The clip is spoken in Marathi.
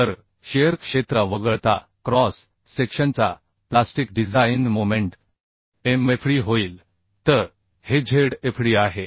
तर शिअर क्षेत्र वगळता क्रॉस सेक्शनचा प्लास्टिक डिझाइन मोमेंट mfd होईल तर हे Zfd आहे